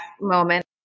moment